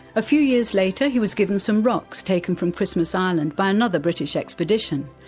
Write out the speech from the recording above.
a few years later he was given some rocks taken from christmas island by another british expedition.